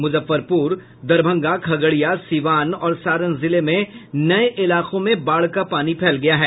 मुजफ्फरपुर दरभंगा खगड़िया सीवान और सारण जिले में नये इलाकों में बाढ़ का पानी फैल गया है